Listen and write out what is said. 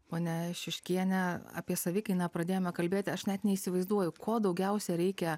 ponia šiuškienė apie savikainą pradėjome kalbėti aš net neįsivaizduoju ko daugiausiai reikia